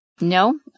No